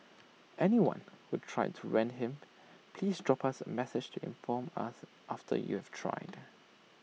anyone who tried to rent him please drop us A message to inform us after you have tried